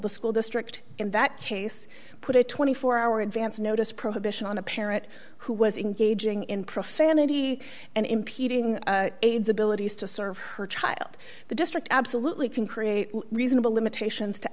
the school district in that case put a twenty four hour advance notice prohibition on a parent who was engaging in profanity and impeding aides abilities to serve her child the district absolutely can create reasonable limitations to